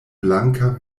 blanka